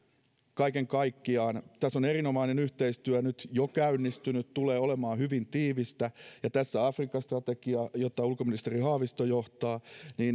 kaiken kaikkiaan tässä on erinomainen yhteistyö nyt jo käynnistynyt tulee olemaan hyvin tiivistä ja tässä afrikka strategiassa jota ulkoministeri haavisto johtaa